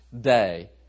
day